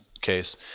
case